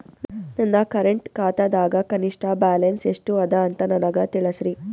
ನನ್ನ ಕರೆಂಟ್ ಖಾತಾದಾಗ ಕನಿಷ್ಠ ಬ್ಯಾಲೆನ್ಸ್ ಎಷ್ಟು ಅದ ಅಂತ ನನಗ ತಿಳಸ್ರಿ